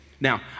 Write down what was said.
Now